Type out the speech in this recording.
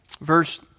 verse